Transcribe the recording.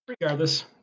Regardless